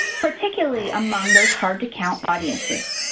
particularly among those hard to count audiences.